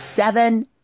Seven